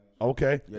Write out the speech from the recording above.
Okay